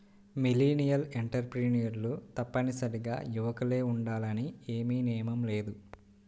millennial ఎంటర్ప్రెన్యూర్లు తప్పనిసరిగా యువకులే ఉండాలని ఏమీ నియమం లేదు